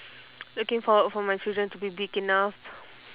looking forward for my children to be big enough